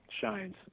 shines